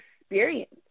experience